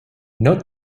note